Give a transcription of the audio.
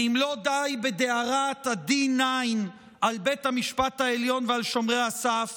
ואם לא די בדהרת ה-D9 על בית המשפט העליון ועל שומרי הסף